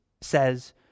says